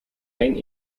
geen